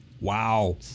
wow